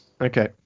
Okay